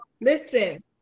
Listen